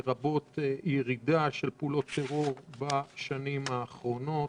לרבות ירידה של פעולות טרור בשנים האחרונות.